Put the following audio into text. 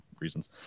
reasons